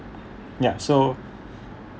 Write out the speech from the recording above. ya so